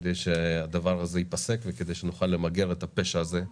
כדי שהדבר הזה ייפסק וכדי שנוכל למגר את הפשע הזה,